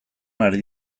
ari